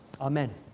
Amen